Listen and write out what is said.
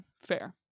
Fair